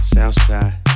Southside